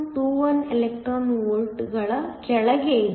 21 electron volt ಕೆಳಗೆ ಇದೆ